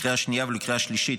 לקריאה השנייה ולקריאה השלישית,